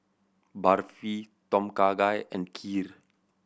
Barfi Tom Kha Gai and Kheer